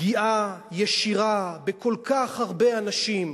פגיעה ישירה בכל כך הרבה אנשים.